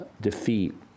defeat